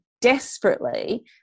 desperately